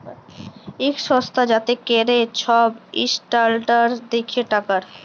ইক সংস্থা যাতে ক্যরে ছব ইসট্যালডাড় দ্যাখে টাকার